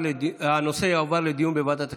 הנושא יועבר לדיון בוועדת הכספים.